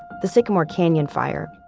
the sycamore canyon fire.